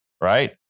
Right